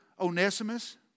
Onesimus